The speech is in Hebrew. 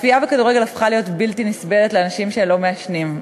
הצפייה בכדורגל הפכה להיות בלתי נסבלת לאנשים שלא מעשנים.